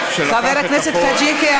(חברי הכנסת אחמד טיבי,